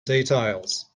details